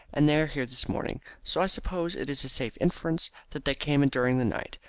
and they are here this morning, so i suppose it is a safe inference that they came in during the night,